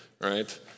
right